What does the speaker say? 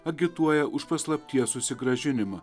agituoja už paslapties susigrąžinimą